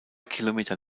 kilometer